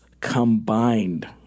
combined